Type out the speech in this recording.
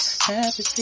Happy